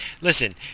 listen